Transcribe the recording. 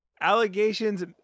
Allegations